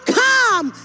come